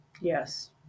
Yes